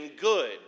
good